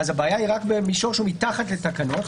הבעיה היא רק במישור שמתחת לתקנות.